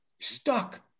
Stuck